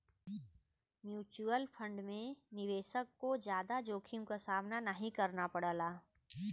mutual fund में निवेशक को जादा जोखिम क सामना नाहीं करना पड़ला